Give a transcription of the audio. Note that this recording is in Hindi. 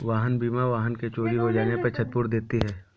वाहन बीमा वाहन के चोरी हो जाने पर क्षतिपूर्ति देती है